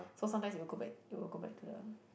so sometimes it will go back it will go back to the